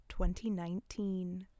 2019